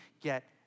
get